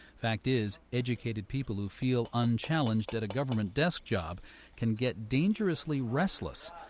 fact is, educated people who feel unchallenged at a government desk job can get dangerously restless,